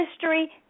history